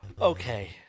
Okay